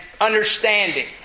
understanding